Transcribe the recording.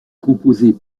composée